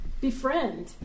Befriend